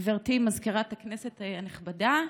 גברתי מזכירת הכנסת הנכבדה,